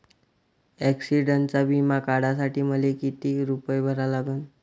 ॲक्सिडंटचा बिमा काढा साठी मले किती रूपे भरा लागन?